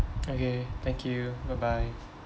okay thank you bye bye